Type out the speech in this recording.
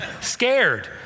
Scared